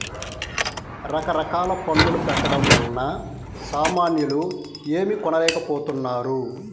రకరకాల పన్నుల పెట్టడం వలన సామాన్యులు ఏమీ కొనలేకపోతున్నారు